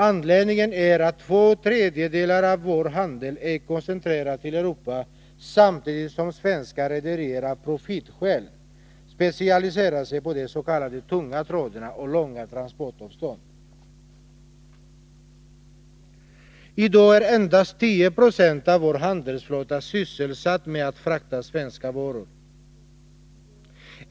Anledningen härtill var att två tredjedelar av vår handel är koncentrerade till Europa samtidigt som svenska rederier av profitskäl specialiserat sig på de s.k. tunga traderna och långa transportavstånd. I dag är endast 10 96 av vår handelsflotta sysselsatt med att frakta svenska varor.